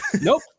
Nope